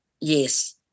Yes